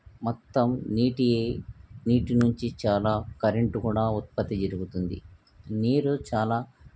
మొత్తం నీటి నీటి నుంచి చాలా కరెంటు కూడా ఉత్పత్తి జరుగుతుంది నీరు చాలా